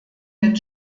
mit